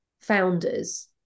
founders